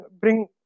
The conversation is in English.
bring